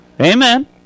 Amen